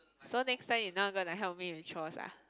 so next time you're not gonna help me with chores ah